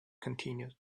continued